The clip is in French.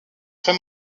très